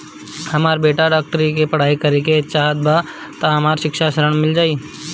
हमर बेटा डाक्टरी के पढ़ाई करेके चाहत बा त हमरा शिक्षा ऋण मिल जाई?